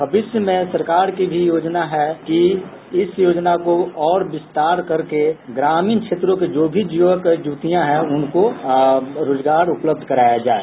मविष्य में सरकार की भी योजना है कि इस योजना को और विस्तार करके ग्रामीण क्षेत्रों के जो भी युवक युवतिया हैं उनको रोजगार उपलब्ध कराये जाये